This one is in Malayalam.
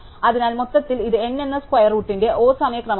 അതിനാൽ മൊത്തത്തിൽ ഇത് n എന്ന സ്ക്വരെ റൂട്ട്ന്റെ O സമയ ക്രമമാണ്